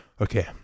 okay